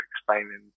explaining